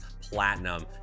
Platinum